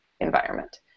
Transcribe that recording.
environment